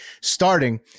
starting